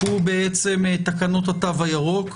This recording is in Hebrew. הוא תקנות התו הירוק.